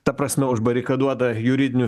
ta prasme užbarikaduotą juridinių